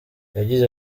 yagize